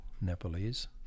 Nepalese